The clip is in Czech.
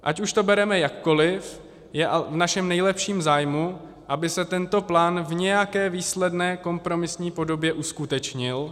Ať už to bereme jakkoliv, je v našem nejlepším zájmu, aby se tento plán v nějaké výsledné kompromisní podobě uskutečnil.